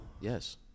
Yes